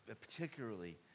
particularly